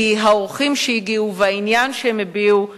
כי האורחים שהגיעו והעניין שהם הביעו בטכנולוגיות,